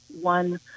one